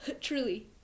truly